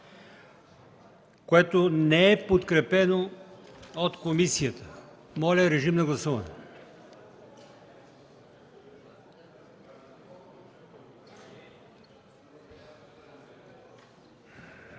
което не е подкрепено от комисията. Моля, режим на гласуване.